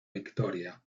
victoria